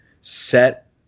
set